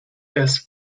best